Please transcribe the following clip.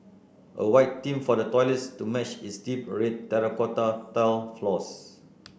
a white theme for the toilets to match its deep red terracotta tiled floors